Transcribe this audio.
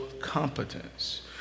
competence